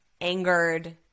angered